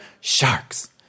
sharks